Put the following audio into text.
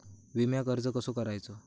विम्याक अर्ज कसो करायचो?